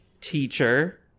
teacher